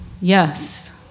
yes